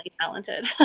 Talented